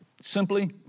simply